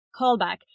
callback